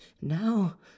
now